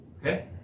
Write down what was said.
Okay